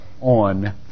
on